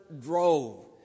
drove